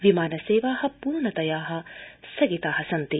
विमान सेवा पूर्णतया स्थगिता सन्ति